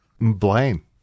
Blame